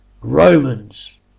Romans